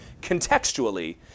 contextually